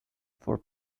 for